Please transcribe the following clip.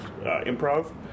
improv